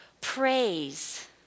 praise